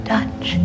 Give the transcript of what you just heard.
Dutch